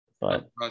but-